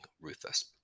ruthless